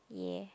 ya